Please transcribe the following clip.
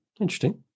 interesting